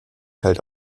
hält